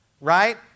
right